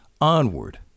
Onward